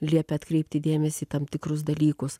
liepia atkreipti dėmesį į tam tikrus dalykus